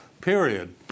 period